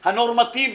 הנורמטיביים.